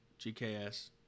GKS